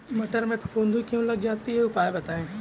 मटर में फफूंदी क्यो लग जाती है उपाय बताएं?